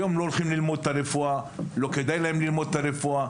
היום לא הולכים ללמוד רפואה, לא כדאי ללמוד רפואה.